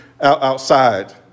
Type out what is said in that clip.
outside